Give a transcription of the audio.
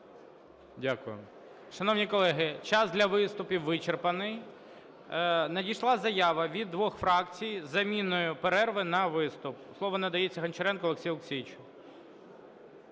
Дякую. Шановні колеги, час для виступів вичерпаний. Надійшла заява від двох фракцій з заміною перерви на виступ. Слово надається Гончаренку Олексію Олексійовичу.